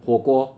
火锅